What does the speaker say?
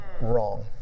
wrong